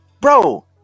bro